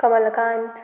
Kamalkant